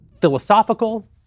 philosophical